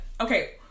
Okay